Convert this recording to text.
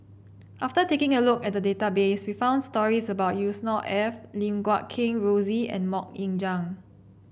after taking a look at the database we found stories about Yusnor Ef Lim Guat Kheng Rosie and MoK Ying Jang